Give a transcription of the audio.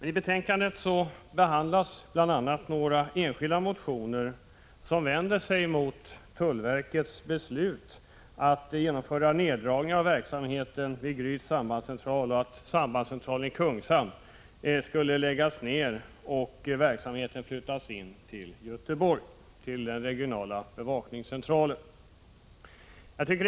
I betänkandet behandlas bl.a. några enskilda motioner som vänder sig mot tullverkets beslut att genomföra neddragningar av verksamheten vid Gryts sambandscentral och mot att sambandscentralen i Kungshamn skulle läggas ned och verksamheten flyttas till den regionala bevakningscentralen i Göteborg.